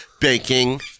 baking